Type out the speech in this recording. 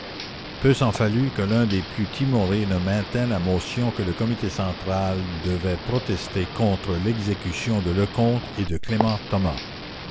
peu s'en fallut que l'un des plus timorés ne maintînt la motion que le comité central devait protester contre l'exécution de lecomte et de clément thomas